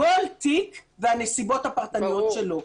כל תיק והנסיבות הפרטניות שלו.